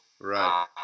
Right